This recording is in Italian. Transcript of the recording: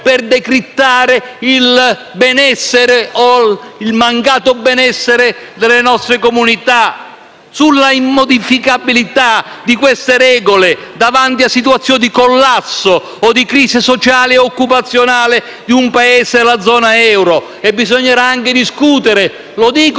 per decrittare il benessere o il mancato benessere delle nostre comunità; sulla immodificabilità di queste regole davanti a situazioni di collasso o di crisi sociale od occupazionale di un Paese della zona euro. Bisognerà anche discutere - lo dico